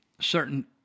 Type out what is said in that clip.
certain